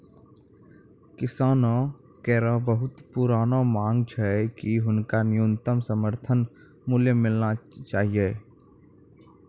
किसानो केरो बहुत पुरानो मांग छै कि हुनका न्यूनतम समर्थन मूल्य मिलना चाहियो